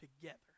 together